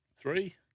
Three